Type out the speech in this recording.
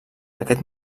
aquest